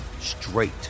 straight